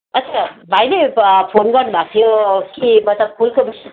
अच्छा भाइले फोन गर्नु भएको थियो के मतलब फुलको विस्